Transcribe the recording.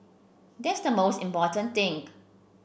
that's the most important thing